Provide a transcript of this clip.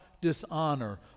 dishonor